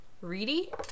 Reedy